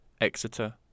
Exeter